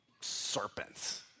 serpents